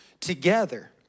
together